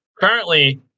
currently